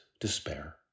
despair